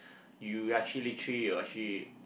you actually literally will actually